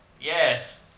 Yes